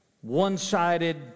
one-sided